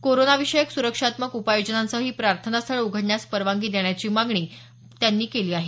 कोरोनाविषयक सुरक्षात्मक उपाययोजनांसह ही प्रार्थनास्थळं उघडण्यास परवानगी देण्याची मागणी त्यांनी केली आहे